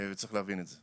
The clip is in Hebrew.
צריך להבין את זה,